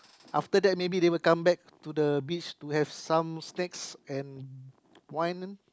after that maybe they will come back to the beach to have some snacks and wine